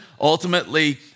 Ultimately